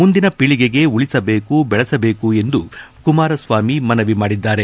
ಮುಂದಿನ ಪೀಳಗೆಗೆ ಉಳಿಸಬೇಕು ಬೆಳೆಸಬೇಕು ಎಂದು ಕುಮಾರಸ್ವಾಮಿ ಮನವಿ ಮಾಡಿದ್ದಾರೆ